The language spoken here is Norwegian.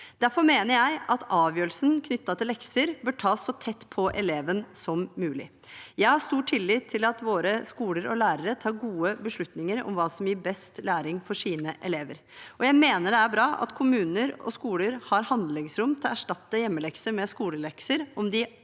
Derfor bør avgjørelsen knyttet til lekser tas så tett på eleven som mulig. Jeg har stor tillit til at våre skoler og lærere tar gode beslutninger om hva som gir best læring for sine elever, og det er bra at kommuner og skoler har handlingsrom til å erstatte hjemmelekser med skolelekser om de